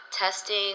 Testing